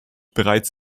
bereits